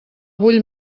vull